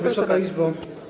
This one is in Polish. Wysoka Izbo!